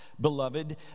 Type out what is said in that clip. beloved